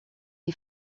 est